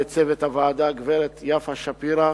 לצוות הוועדה, הגברת יפה שפירא,